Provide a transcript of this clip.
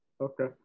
okay